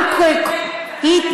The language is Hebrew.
לא בגלל מה שבניתם בבית לחם,